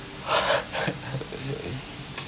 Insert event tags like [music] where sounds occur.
[laughs]